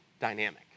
dynamic